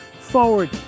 forward